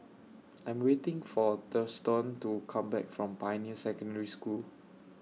I Am waiting For Thurston to Come Back from Pioneer Secondary School